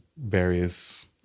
various